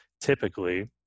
typically